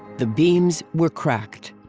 the beams were cracked,